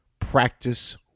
practice